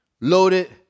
loaded